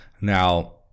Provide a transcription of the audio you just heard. Now